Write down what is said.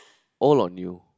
old or new